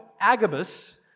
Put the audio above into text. Agabus